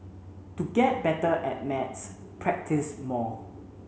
to get better at maths practice more